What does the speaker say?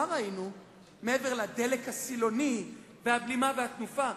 מה ראינו מעבר לדלק הסילוני והבלימה והתנופה?